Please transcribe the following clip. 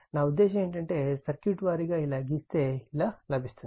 నా ఉద్దేశ్యం ఏమిటంటే సర్క్యూట్ వారీగా ఇలా గీస్తే ఇది ఇలా లభిస్తుంది